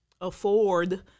afford